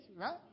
right